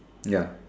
ya